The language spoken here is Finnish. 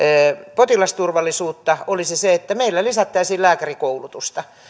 potilasturvallisuutta olisi se että meillä lisättäisiin lääkärikoulutusta